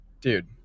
Dude